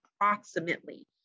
approximately